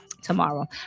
tomorrow